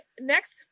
next